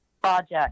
project